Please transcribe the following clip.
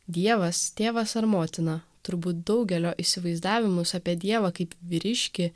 dievas tėvas ar motina turbūt daugelio įsivaizdavimus apie dievą kaip vyriškį